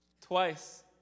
twice